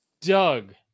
Doug